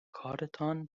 کارتان